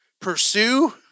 pursue